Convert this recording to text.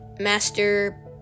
Master